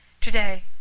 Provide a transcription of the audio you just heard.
Today